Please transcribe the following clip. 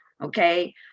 okay